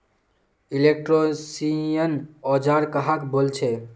Electrician औजार कहाक बोले छे?